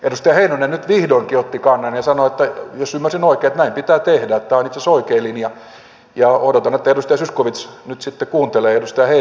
edustaja heinonen nyt vihdoinkin otti kannan ja sanoi jos ymmärsin oikein että näin pitää tehdä että tämä on itse asiassa oikea linja ja odotan että edustaja zyskowicz nyt sitten kuuntelee edustaja heinosta